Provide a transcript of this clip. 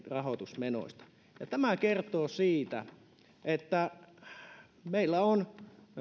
rahoitusmenoista tämä kertoo siitä että meillä on